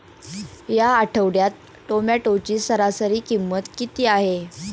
या आठवड्यात टोमॅटोची सरासरी किंमत किती आहे?